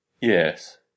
Yes